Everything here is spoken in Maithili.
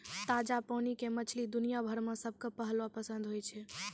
ताजा पानी के मछली दुनिया भर मॅ सबके पहलो पसंद होय छै